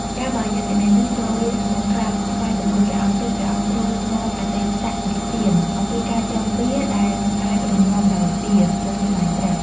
កាលបើនាងយក្ខិនីនោះចូលមកក្រាបថ្វាយបង្គំព្រះអង្គ ទើបព្រះអង្គទ្រង់នាំអតីតនិទាន "អំពីការចងពៀរ ដែលមិនអាចរម្ងាប់ដោយពៀរ" មកសម្តែងប្រាប់ ។